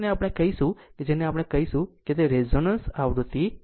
આ ω0 આપણે કહીશું કે જેને આપણે કહીશું તે રિઝોનન્સ આવૃત્તિ ω0 છે